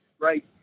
right